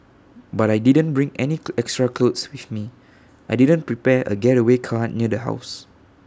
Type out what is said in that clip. but I didn't bring any extra clothes with me I didn't prepare A getaway car near the house